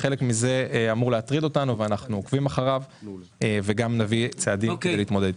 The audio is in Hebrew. חלק מזה אמור להטריד אותנו ולכן נביא צעדים כדי להתמודד איתו.